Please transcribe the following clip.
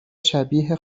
شبیه